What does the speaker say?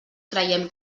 creiem